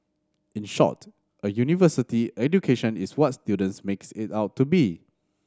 in short a university education is what students makes it out to be